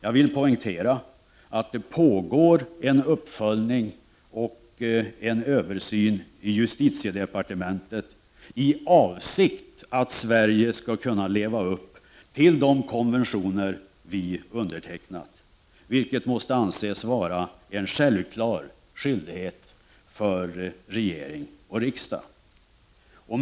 Jag vill poängtera att det pågår en uppföljning och en översyn i justitiedepartementet i avsikt att Sverige skall kunna leva upp till de konventioner som vi har undertecknat, vilket måste anses vara en självklar skyldighet för regering och riksdag.